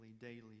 daily